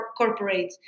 corporates